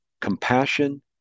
compassion